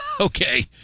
okay